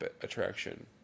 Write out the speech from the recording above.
attraction